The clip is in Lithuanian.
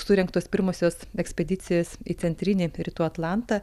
surengtos pirmosios ekspedicijos į centrinį rytų atlantą